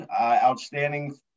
outstanding